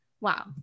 wow